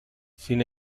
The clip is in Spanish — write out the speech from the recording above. sin